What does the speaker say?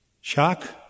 Shock